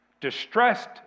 distressed